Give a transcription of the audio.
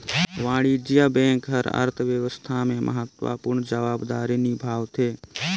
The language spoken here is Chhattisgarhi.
वाणिज्य बेंक हर अर्थबेवस्था में महत्वपूर्न जवाबदारी निभावथें